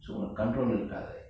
so control இருக்காது:irukaathu